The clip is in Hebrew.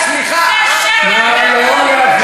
סליחה, זה שקר גמור.